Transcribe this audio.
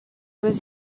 was